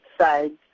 sides